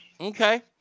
Okay